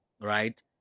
right